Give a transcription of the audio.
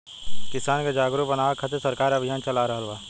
किसान के जागरुक बानवे खातिर सरकार अभियान चला रहल बा